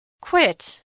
Quit